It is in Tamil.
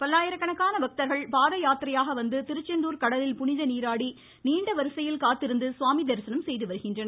பல்லாயிரக்கணக்கான பக்தர்கள் பாதயாத்திரையாக வந்து திருச்செந்தூர் கடலில் புனிதநீராடி நீண்ட வரிசையில் காத்திருந்து சுவாமி தரிசனம் செய்து வருகின்றனர்